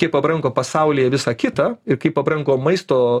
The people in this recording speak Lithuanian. kiek pabrango pasaulyje visa kita ir kaip pabrango maisto